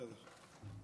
בסדר.